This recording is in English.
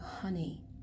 honey